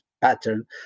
pattern